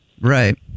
Right